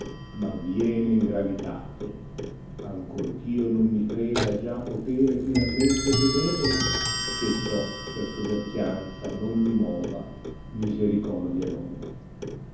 ma viene in gravitate ancorché io non mi creda già potere finalmente tenere che ciò per soverchianza non mi mova misericordia nova